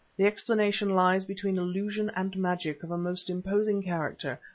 the explanation lies between illusion and magic of a most imposing character,